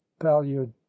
palliard